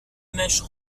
mèche